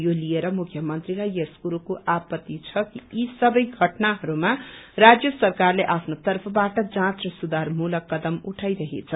यो लिएर मुख्य मंत्रीलाई यस कुराको आपत्ती छ कि यी सबै घटनाहरूमा राज्य सरकारले आफ्नो तर्फबाट जाँच सुधार मूलक कदम उठाईरहेछ